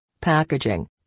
packaging